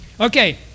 Okay